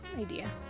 idea